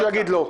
שיגיד לא.